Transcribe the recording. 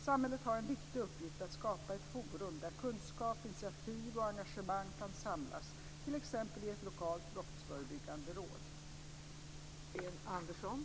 Samhället har en viktig uppgift att skapa ett forum där kunskap, initiativ och engagemang kan samlas, t.ex. i ett lokalt brottsförebyggande råd.